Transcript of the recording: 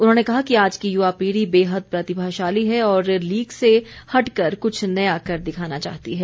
उन्होंने कहा कि आज की युवा पीढ़ी बेहद प्रतिभाशाली है और लीक से हटकर कुछ नया कर दिखाना चाहती है